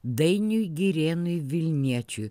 dainiui girėnui vilniečiui